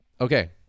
Okay